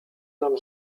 nam